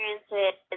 experiences